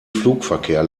flugverkehr